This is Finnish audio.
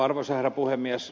arvoisa herra puhemies